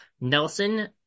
Nelson